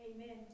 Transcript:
Amen